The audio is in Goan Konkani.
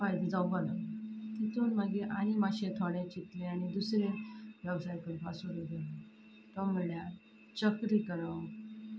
फायदो जावपाक लागलो थंयसून मागीर आनी मातशें थोडें चिंतलें आनी दुसरो वेवसाय करपाक सुरू केलो तो म्हळ्यार चकली करप